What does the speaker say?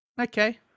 Okay